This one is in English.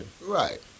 Right